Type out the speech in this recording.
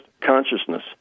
consciousness